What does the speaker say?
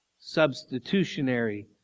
substitutionary